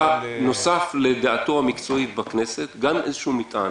כל אחד בא בנוסף לדעתו המקצועית בכנסת עם איזשהו מטען.